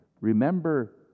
Remember